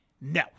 No